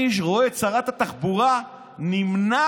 אני רואה את שרת התחבורה נמנעת.